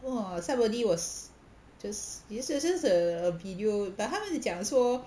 !whoa! somebody was just it's just a video but 他们就讲说